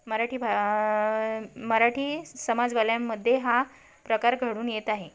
मराठी भा मराठी समाजवाल्यांमध्ये हा प्रकार घडून येत आहे